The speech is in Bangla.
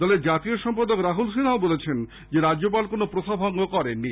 দলের জাতীয় সম্পাদক রাহুল সিনহা বলেছেন রাজ্যপাল কোন প্রথা ভঙ্গ করেননি